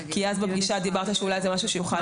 כי בפגישה דיברת שאולי זה משהו שיכול לעלות.